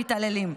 מתעללים.